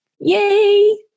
Yay